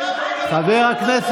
הוא התחנן